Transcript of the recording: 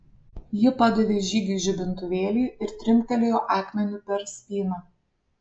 ji padavė žygiui žibintuvėlį ir trinktelėjo akmeniu per spyną